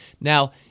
Now